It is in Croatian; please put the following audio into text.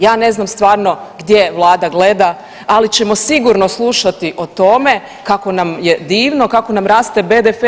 Ja ne znam stvarno gdje Vlada gleda, ali ćemo sigurno slušati o tome kako nam je divno, kako nam raste BDP.